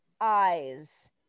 eyes